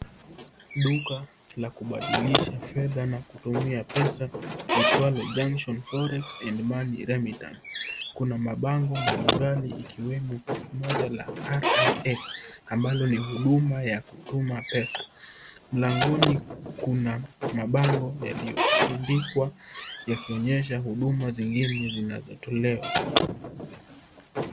Duka la kubadilisha fedha na kutumia pesa liitwalo Junction Forex and Money Remittance kuna mabango mbalimbali ikiwemo moja la Ria ambalo ni huduma ya kutuma pesa. Mlangoni kuna mabango yaliyotundikwa yakionyesha huduma zingine zinazotolewa